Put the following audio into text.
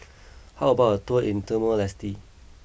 how about a tour in Timor Leste